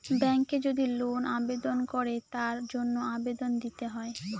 ব্যাঙ্কে যদি লোন আবেদন করে তার জন্য আবেদন দিতে হয়